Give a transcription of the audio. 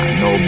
no